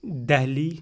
Delhi